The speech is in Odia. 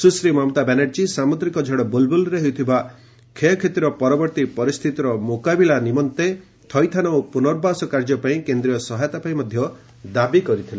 ସୁଶ୍ରୀ ମମତା ବାନାର୍ଜୀ ସାମୁଦ୍ରିକ ଝଡ଼ ବୁଲ୍ବୁଲ୍ରେ ହୋଇଥିବା କ୍ଷୟକ୍ଷତିର ପରବର୍ତ୍ତି ପରିସ୍ଥିତିର ମୁକାବିଲା ନିମନ୍ତେ ଥଇଥାନ୍ ଓ ପୁନର୍ବାସ କାର୍ଯ୍ୟ ପାଇଁ କେନ୍ଦ୍ରୀୟ ସହାୟତା ପାଇଁ ମଧ୍ୟ ଦାବି କରିଥିଲେ